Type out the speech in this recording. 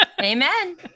Amen